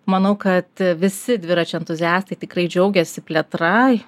manau kad visi dviračių entuziastai tikrai džiaugiasi plėtra